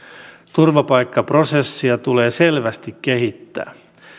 turvapaikkaprosessia tulee selvästi kehittää